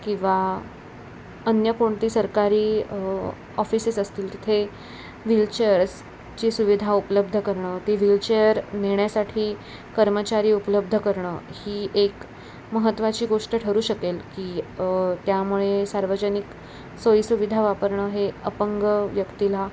किंवा अन्य कोणती सरकारी ऑफिसेस असतील तिथे व्हीलचेअर्सची सुविधा उपलब्ध करणं ती व्हीलचेअर नेण्यासाठी कर्मचारी उपलब्ध करणं ही एक महत्वाची गोष्ट ठरू शकेल की त्यामुळे सार्वजनिक सोयीसुविधा वापरणं हे अपंग व्यक्तीला